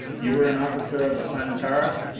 you were an officer of the planetara?